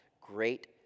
great